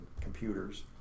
computers